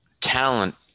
talent